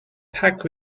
pack